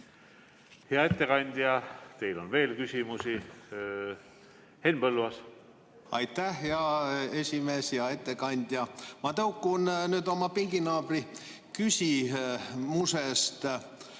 Hea ettekandja, teile on veel küsimusi. Henn Põlluaas. Aitäh, hea esimees! Hea ettekandja! Ma tõukun nüüd oma pinginaabri küsimusest.